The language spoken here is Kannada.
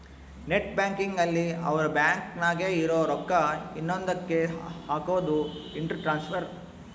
ನೆಟ್ ಬ್ಯಾಂಕಿಂಗ್ ಅಲ್ಲಿ ಅವ್ರ ಬ್ಯಾಂಕ್ ನಾಗೇ ಇರೊ ರೊಕ್ಕ ಇನ್ನೊಂದ ಕ್ಕೆ ಹಕೋದು ಇಂಟ್ರ ಟ್ರಾನ್ಸ್ಫರ್